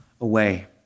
away